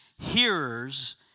hearers